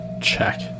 check